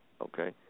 Okay